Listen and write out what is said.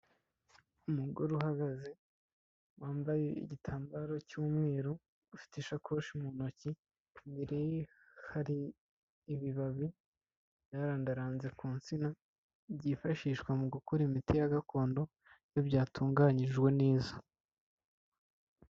Umugore uhagaze wambaye igitambaro cy'umweru ufite isakoshi mu ntoki, imbere hari ibibabi byarandaranze ku nsina byifashishwa mu gukora imiti ya gakondo, iyo byatunganyijwe neza.